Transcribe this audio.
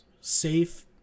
safe